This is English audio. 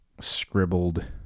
scribbled